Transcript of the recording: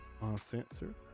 uncensored